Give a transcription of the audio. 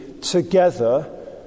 together